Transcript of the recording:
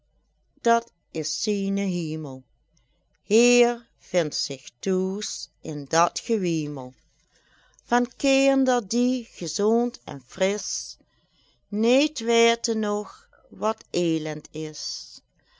dat is zinen hiemel heer vindt zich t'hoes in dat gewiemel van kinder die gezond en fris neet weten nog wat elend is